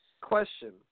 question